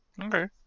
Okay